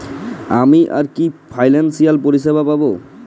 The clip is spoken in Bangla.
আমি আর কি কি ফিনান্সসিয়াল পরিষেবা পাব?